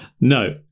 No